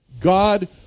God